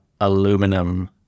aluminum